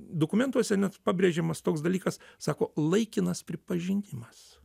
dokumentuose pabrėžiamas toks dalykas sako laikinas pripažinimas